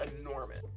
enormous